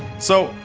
so,